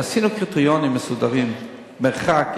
עשינו קריטריונים מסודרים: מרחק,